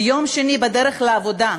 ביום שני, בדרך לעבודה,